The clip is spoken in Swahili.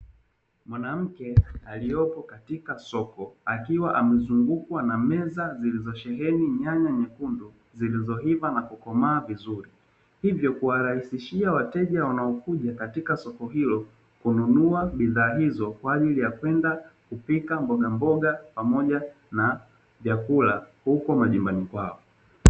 Mwanamke aliyopo katika soko akiwa amezungukwa na meza zilizosheheni nyanya nyekundu zilizoiva na kukomaa vizuri, hivyo kuwarahisishia wateja wanaokuja katika soko hilo kununua bidhaa hizo kwa ajili ya kwenda kupika mbogamboga pamoja na vyakula huko majumbani kwao.